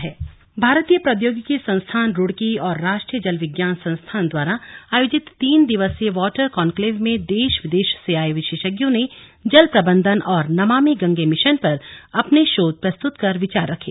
water conclave Roorkee भारतीय प्रौधोगिकी संस्थान रूड़की और राष्ट्रीय जल विज्ञान संस्थान द्वारा आयोजित तीन दिवसीय वॉटर कॉन्क्लेव में देश विदेश से आये विशेषज्ञो ने जल प्रबंधन और नमामि गंगे मिशन पर अपने शोध पत्र प्रस्तुत कर विचार रखे